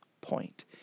point